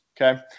okay